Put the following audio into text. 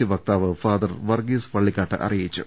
C വക്താവ് father Varghese Vallikkattu അറിയിച്ചു